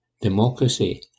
democracy